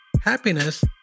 happiness